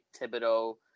Thibodeau